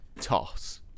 toss